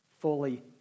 fully